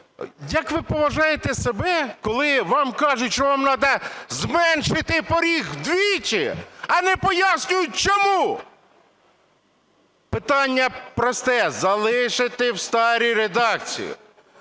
Як ви поважаєте себе, коли вам кажуть, що вам надо зменшити поріг вдвічі, а не пояснюють – чому. Питання просте: залишити в старій редакції